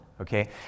okay